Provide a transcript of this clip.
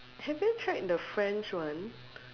have you tried the French one